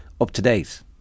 up-to-date